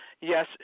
Yes